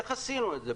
איך עשינו את זה,